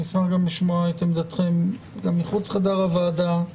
אני אשמח לשמוע את עמדתכם גם מחוץ לחדר הוועדה.